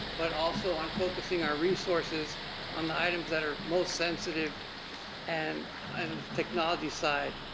but also on focusing our resources on the items that are most sensitive and and technology side.